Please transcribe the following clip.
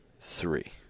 Three